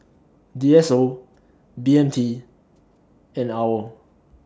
D S O B M T and AWOL